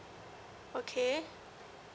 okay